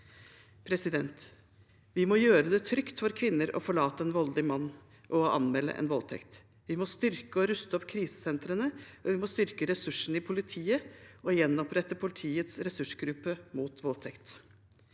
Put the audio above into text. et ja. Vi må gjøre det trygt for kvinner å forlate en voldelig mann og å anmelde en voldtekt. Vi må styrke og ruste opp krisesentrene, og vi må styrke ressursene i politiet og gjenopprette politiets ressursgruppe mot voldtekt.